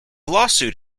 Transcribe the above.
lawsuit